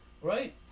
Right